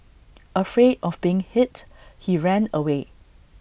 afraid of being hit he ran away